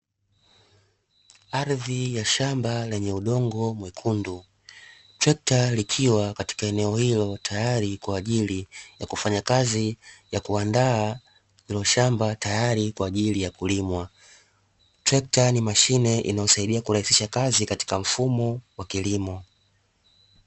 Ardhi ya shamba lenye udongo mwekundu, trekta likiwa katika eneo hilo tayari, kwa ajili ya kufanya kazi ya kuandaa hilo shamba tayari kwa ajili ya kulimwa, trekta ni mashine inayosaidia kurahisisha kazi katika mfumo wa kilimo.